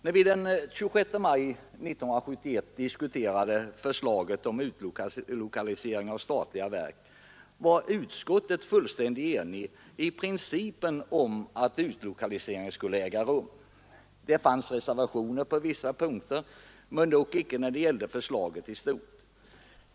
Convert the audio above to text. När vi den 26 maj 1971 diskuterade förslaget om utlokalisering av statliga verk var utskottet fullständigt enigt i princip om att utlokalisering skulle äga rum. Det fanns reservationer på vissa punkter, dock icke när det gällde förslaget i stort.